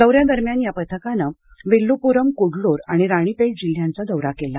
दौऱ्यादरम्यान या पथकानं विल्लूपुरम कुडलोर आणि राणीपेट जिल्ह्यांचा दौरा केला